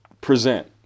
present